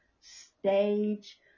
stage